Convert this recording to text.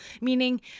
meaning